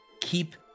keep